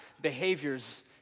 behaviors